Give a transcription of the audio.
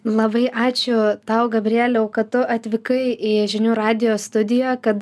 labai ačiū tau gabrieliau kad tu atvykai į žinių radijo studiją kad